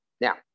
Now